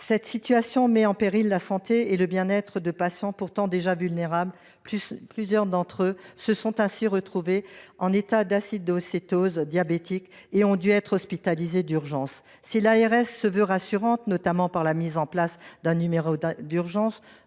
Cette situation met en péril la santé et le bien être de patients pourtant déjà vulnérables. Plusieurs d’entre eux se sont ainsi retrouvés en état d’acidocétose diabétique et ont dû être hospitalisés d’urgence. Si l’agence régionale de santé (ARS) se veut rassurante, notamment par la mise en place d’un numéro d’urgence,